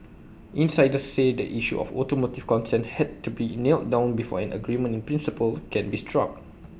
insiders say the issue of automotive content has to be nailed down before an agreement in principle can be struck